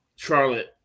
charlotte